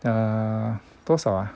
uh 多少啊